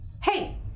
hey